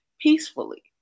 peacefully